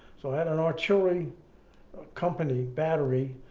so had an artillery company battery,